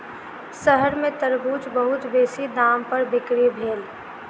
शहर में तरबूज बहुत बेसी दाम पर बिक्री भेल